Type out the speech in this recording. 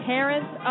Parents